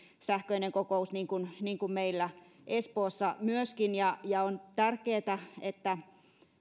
sähköinen kokous niin kuin niin kuin meillä espoossa myöskin ja ja on tärkeätä että